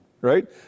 right